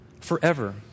forever